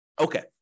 okay